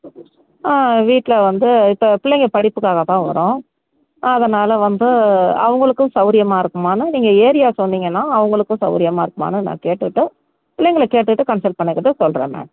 ஆ வீட்டில் வந்து இப்போ பிள்ளைங்கள் படிப்புக்காக தான் வரோம் அதனால் வந்து அவங்களுக்கும் சவுகரியமா இருக்குமான்னு நீங்கள் ஏரியா சொன்னீங்கன்னால் அவங்களுக்கும் சவுகரியமா இருக்குமான்னு நான் கேட்டுவிட்டு பிள்ளைங்கள கேட்டுவிட்டு கன்சல்ட் பண்ணிக்கிட்டு சொல்கிறேன்